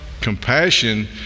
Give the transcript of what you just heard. compassion